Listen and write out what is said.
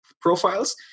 profiles